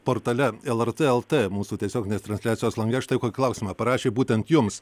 portale lrt lt mūsų tiesioginės transliacijos lange štai kokį klausimą parašė būtent jums